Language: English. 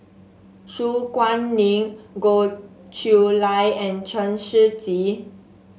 Su Guaning Goh Chiew Lye and Chen Shiji